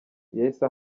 yahise